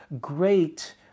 great